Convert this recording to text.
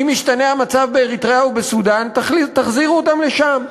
אם ישתנה המצב באריתריאה ובסודאן תחזירו אותם לשם.